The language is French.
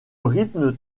rythme